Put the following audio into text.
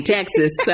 Texas